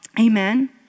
Amen